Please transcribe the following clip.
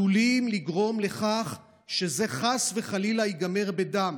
עלולים לגרום לכך שזה חס וחלילה ייגמר בדם.